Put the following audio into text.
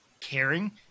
caring